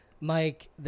Mike